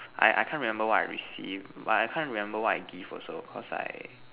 I I can't remember what I received but I can't remember what I give also because I